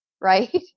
right